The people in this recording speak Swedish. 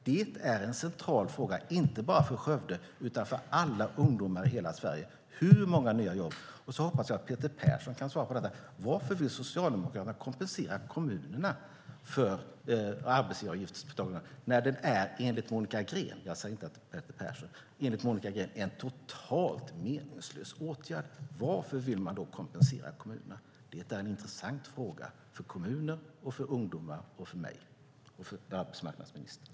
Det är en central fråga inte bara för Skövde utan för alla ungdomar i hela Sverige. Hur många nya jobb blir det? Jag hoppas att Peter Persson kan svara på varför Socialdemokraterna vill kompensera kommunerna för att man tar bort den sänkta arbetsgivaravgiften. Enligt Monica Green - jag säger inte att Peter Persson säger det - är det en totalt meningslös åtgärd. Varför vill man då kompensera kommunerna? Det är en intressant fråga för kommuner, för ungdomar, för mig och för arbetsmarknadsministern.